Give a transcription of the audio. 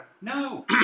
No